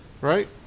right